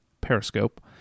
Periscope